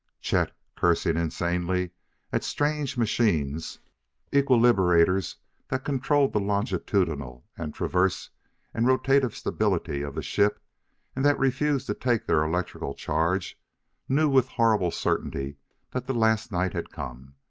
chet, cursing insanely at strange machines equilibrators that controlled the longitudinal and transverse and rotative stability of the ship and that refused to take their electrical charge knew with horrible certainty that the last night had come.